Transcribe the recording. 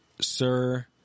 Sir